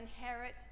inherit